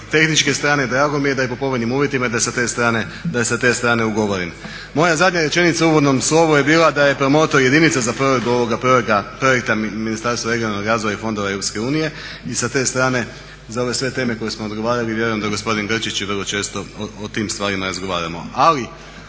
tehničke strane drago mi je da je po povoljnim uvjetima i da je sa te strane ugovoren. Moja zadnja rečenica u uvodnom slovu je bila da je promotor jedinica za provedbu ovoga projekta Ministarstvo regionalnog razvoja i fondova EU i sa te strane za ove sve teme koje smo odgovarali vjerujem da gospodin Grčić je vrlo često o tim stvarima razgovaramo. Ali